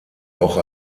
auch